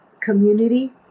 community